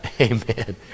Amen